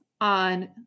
on